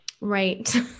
Right